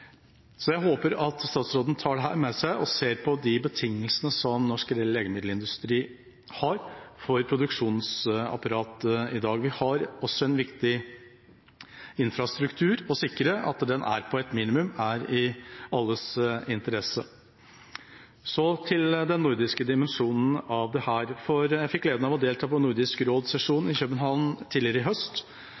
Så jeg håper at statsråden tar dette med seg og ser på de betingelsene som norsk legemiddelindustri har for produksjonsapparat i dag. Vi har også en viktig infrastruktur å sikre. At den er på et minimum, er i alles interesse. Så til den nordiske dimensjonen av dette. Jeg fikk gleden av å delta på Nordisk råds sesjon i København tidligere i høst,